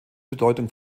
bedeutung